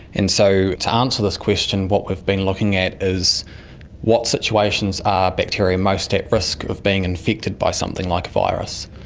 and so to answer this question, what we've been looking at is what situations are bacteria most at risk of being infected by something like a virus.